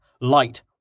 Light